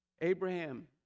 Abraham